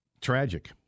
Tragic